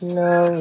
no